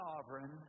sovereign